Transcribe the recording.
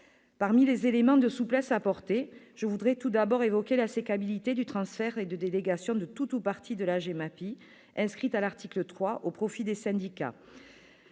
Parmi les éléments de souplesse apportés, je voudrais tout d'abord évoquer la sécabilité du transfert et de délégation de tout ou partie de la compétence GEMAPI, inscrite à l'article 3, au profit des syndicats,